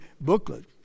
booklet